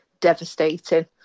devastating